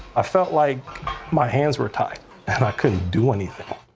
i felt like my hands were tied, and i couldn't do anything.